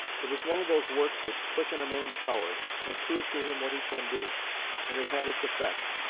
it was one of those works which quicken a man's powers, and prove to him what he can do and it had its effect.